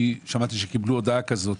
כי שמעתי שקיבלו הודעה כזו,